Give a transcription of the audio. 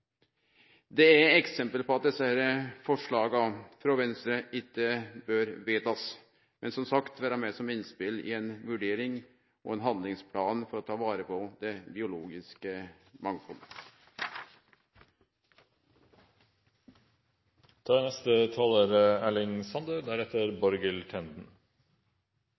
er eksempel på at desse forslaga frå Venstre ikkje bør bli vedtekne, men, som sagt, vere med som innspel i ei vurdering og som innspel til ein handlingsplan for å ta vare på det biologiske